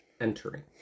entering